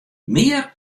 mear